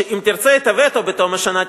שאם תרצה את הווטו בתום השנה,